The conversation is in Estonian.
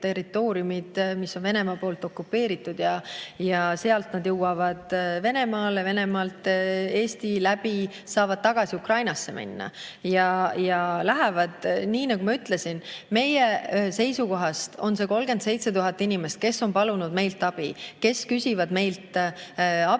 mis on Venemaa poolt okupeeritud, ja sealt inimesed jõuavad Venemaale, Venemaalt läbi Eesti saavad nad tagasi Ukrainasse minna ja lähevadki. Nii nagu ma ütlesin, meie seisukohast on 37 000 inimest, kes on palunud meilt abi, kes küsivad meilt abi, kes